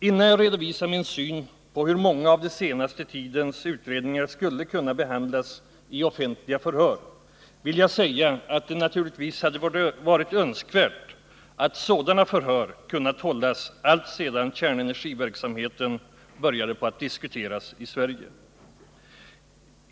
Innan jag redovisar min syn på hur många av den senaste tidens utredningar skulle kunna behandlas i offentliga förhör, vill jag säga att det naturligtvis hade varit önskvärt att sådana förhör hade kunnat hållas alltsedan kärnenergiverksamheten började diskuteras i Sverige.